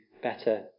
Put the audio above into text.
better